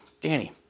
Danny